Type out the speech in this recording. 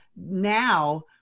Now